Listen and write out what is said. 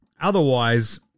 otherwise